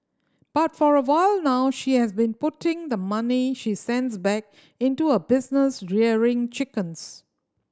but for a while now she has been putting the money she sends back into a business rearing chickens